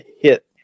hit